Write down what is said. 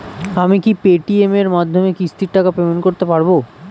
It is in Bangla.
আমি কি পে টি.এম এর মাধ্যমে কিস্তির টাকা পেমেন্ট করতে পারব?